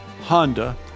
Honda